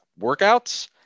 workouts